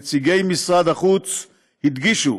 נציגי משרד החוץ הדגישו